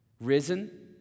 risen